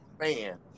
man